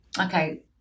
Okay